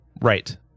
Right